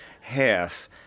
half